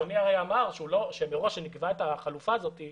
אדוני אמר שכשנקבע את החלופה הזאת,